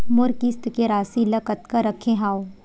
मोर किस्त के राशि ल कतका रखे हाव?